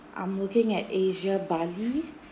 I'm looking at asia bali